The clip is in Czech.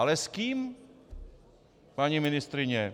Ale s kým, paní ministryně?